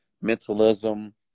mentalism